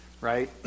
right